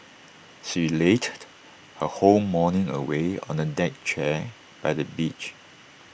she lazed her whole morning away on A deck chair by the beach